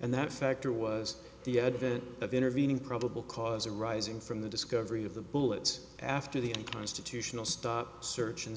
and that factor was the advent of intervening probable cause arising from the discovery of the bullets after the constitutional stop search and